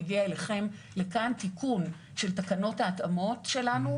יגיע אליכם לכאן תיקון של תקנות ההתאמות שלנו,